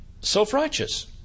self-righteous